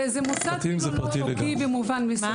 זה מוסד "לא חוקי" במובן מסוים.